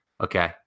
Okay